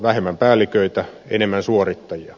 vähemmän päälliköitä enemmän suorittajia